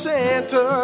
Santa